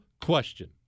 question